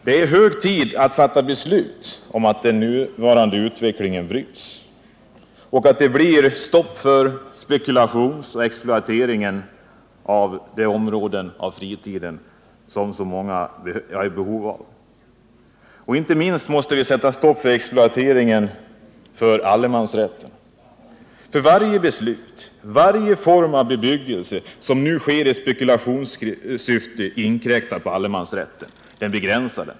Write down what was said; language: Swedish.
Det är hög tid att fatta beslut om att den nuvarande utvecklingen skall brytas så att det blir stopp för spekulation och exploatering. Inte minst måste det sättas stopp för exploateringen med tanke på allemansrätten. Varje fall av bebyggelse som nu sker i spekulationssyfte begränsar allemansrätten.